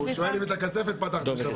הוא שואל אם את הכספת פתחת בשבת.